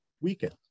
weekend